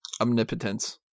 Omnipotence